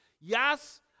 yes